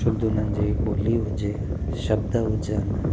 शुद्ध उन्हनि जी ॿोली हुजे शब्द हुजनि